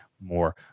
more